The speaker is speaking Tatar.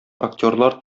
актерлар